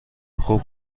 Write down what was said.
خوب